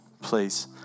please